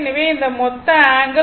எனவே இந்த மொத்த ஆங்கிள் 135o